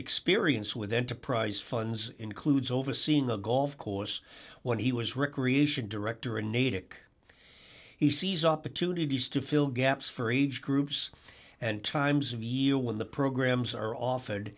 experience with enterprise funds includes overseeing a golf course when he was recreation director a natick he sees opportunities to fill gaps for age groups and times of year when the programs are offered